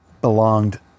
belonged